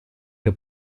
che